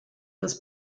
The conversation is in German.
des